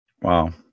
Wow